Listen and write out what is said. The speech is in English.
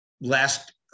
last